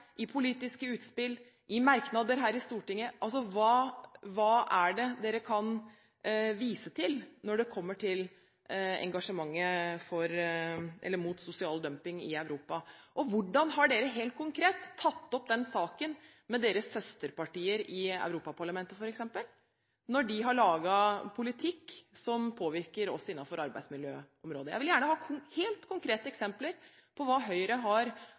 politiske utspill og merknader her i Stortinget – hva kan dere vise til, når det kommer til engasjementet mot sosial dumping i Europa? Hvordan har dere helt konkret tatt opp den saken med deres søsterpartier i Europaparlamentet f.eks., når de har laget politikk som påvirker oss, innenfor arbeidsmiljøområdet? Jeg vil gjerne ha helt konkrete eksempler på hva Høyre har